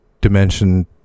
dimension